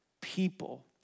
People